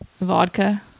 vodka